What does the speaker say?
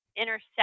intercept